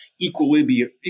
equilibrium